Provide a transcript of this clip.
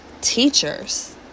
teachers